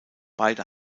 beide